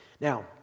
Now